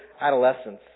adolescence